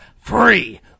free